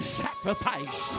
sacrifice